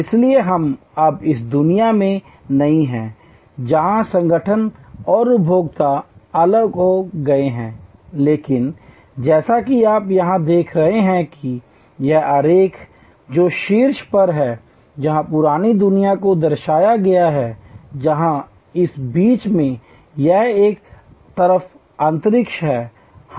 इसलिए हम अब इस दुनिया में नहीं हैं जहां संगठन और उपभोक्ता अलग हो गए हैं लेकिन जैसा कि आप यहां देख रहे हैं कि यह आरेख जो शीर्ष पर है जहां पुरानी दुनिया को दर्शाया गया है जहां इस बीच में यह एक तरफ अंतरिक्ष है